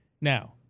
Now